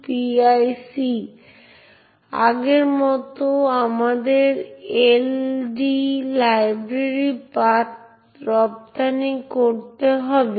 সুতরাং এইভাবে যা অর্জন করা হয় তা হল যে একজন সাধারণ ব্যবহারকারী একটি ফাইল পড়তে বা লিখতে পারে যা একটি রুট